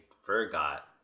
forgot